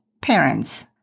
parents